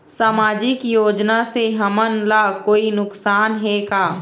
सामाजिक योजना से हमन ला कोई नुकसान हे का?